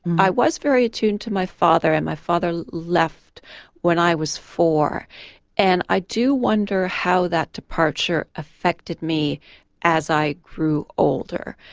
i was very attuned to my father and my father left when i was four and i do wonder how that departure affected me as i grew older.